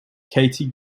katie